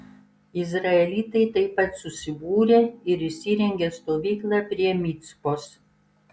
izraelitai taip pat susibūrė ir įsirengė stovyklą prie micpos